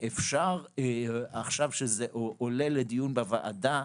ועכשיו כשזה עולה לדיון בוועדה,